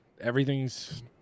Everything's